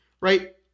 right